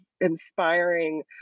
inspiring